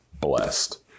blessed